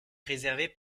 réservé